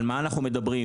על מה אנחנו מדברים?